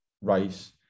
rice